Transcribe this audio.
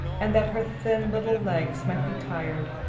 and that her thin little legs might be tired,